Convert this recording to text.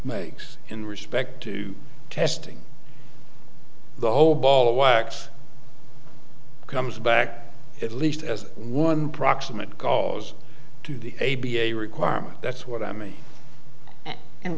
makes in respect to testing the whole ball of wax comes back at least as one proximate cause to the a b a requirement that's what i mean and